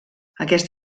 aquest